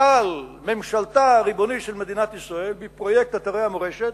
אבל ממשלתה הריבונית של מדינת ישראל בפרויקט אתרי המורשת